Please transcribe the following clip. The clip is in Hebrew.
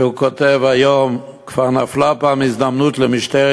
שכותב היום: כבר נפלה פעם הזדמנות למשטרת